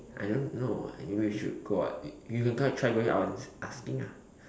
I don't know maybe we should go out you can go and try going out and asking ah